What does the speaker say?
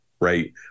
right